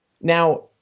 Now